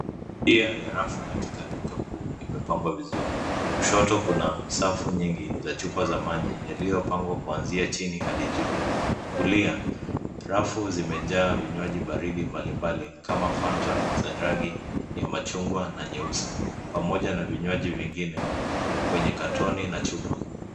Njia ya rafu katika dukakuu imepangwa vizuri. Kushoto kuna safu nyingi za chupa za maji, yaliyopangwa kuanzia chini hadi juu. Kulia, rafu zimejaa vinywaji baridi mbalimbali, kama fanta za rangi ya machungwa na nyeusi, pamoja na vinywaji vingine kwenye katoni na chupa.